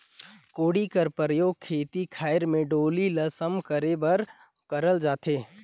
कोड़ी कर परियोग खेत खाएर मे डोली ल सम करे बर करल जाथे